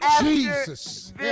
Jesus